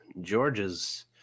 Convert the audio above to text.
Georgia's